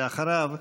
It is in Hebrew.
ואחריו,